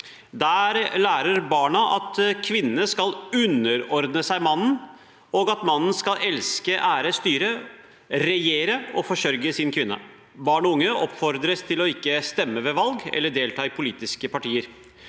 Der lærer barna at kvinnene skal underordne seg mannen, og at mannen skal elske, ære, styre, regjere og forsørge sin kvinne. Barn og unge oppfordres til å ikke stemme ved valg eller delta i politiske partier.